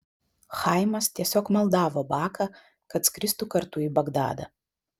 chaimas tiesiog maldavo baką kad skristų kartu į bagdadą